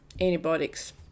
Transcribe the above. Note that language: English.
antibiotics